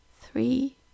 three